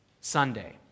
Sunday